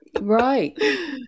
Right